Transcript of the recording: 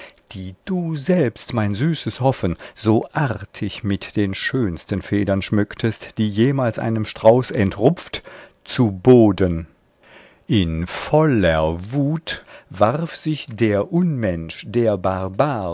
die du selbst mein süßes hoffen so artig mit den schönsten federn schmücktest die jemals einem strauß entrupft zu boden in voller wut warf sich der unmensch der